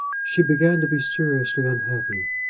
she began to be seriously unhappy.